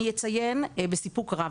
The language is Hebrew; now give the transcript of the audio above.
אני אציין בסיפוק רב,